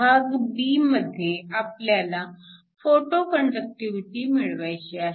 भाग b मध्ये आपल्याला फोटो कंडक्टिव्हिटी मिळवायची आहे